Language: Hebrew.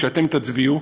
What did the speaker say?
כשאתם תצביעו,